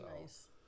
Nice